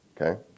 okay